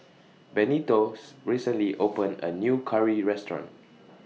Benito's recently opened A New Curry Restaurant